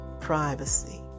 Privacy